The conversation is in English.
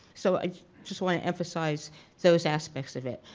so i just wanna emphasize those aspects of it.